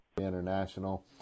International